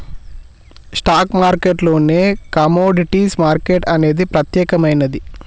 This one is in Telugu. స్టాక్ మార్కెట్టులోనే కమోడిటీస్ మార్కెట్ అనేది ప్రత్యేకమైనది